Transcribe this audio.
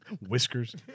Whiskers